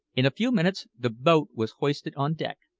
in a few minutes the boat was hoisted on deck,